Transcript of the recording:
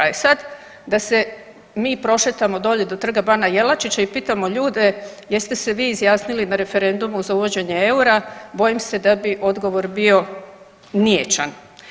E sad da se mi prošetamo dolje do Trga bana Jelačića i pitamo ljude jeste se vi izjasnili na referendumu za uvođenje eura, bojim se da bi odgovor bio niječan.